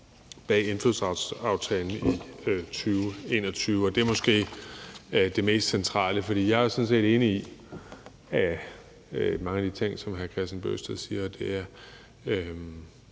bag indfødsretsaftalen i 2021, og det er måske det mest centrale. For jeg er sådan set enig i mange af de ting, som hr. Kristian Bøgsted siger. Det